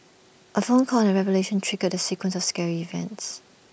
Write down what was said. A phone call and A revelation triggered the sequence of scary events